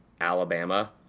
Alabama